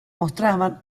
mostraban